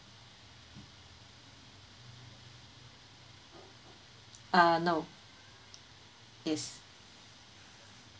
uh no it's